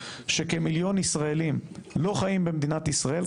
העובדה שכמיליון ישראלים לא חיים במדינת ישראל,